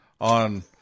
on